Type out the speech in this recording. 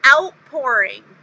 outpouring